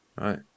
right